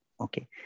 Okay